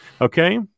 Okay